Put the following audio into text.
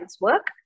work